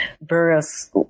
various